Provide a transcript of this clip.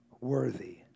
worthy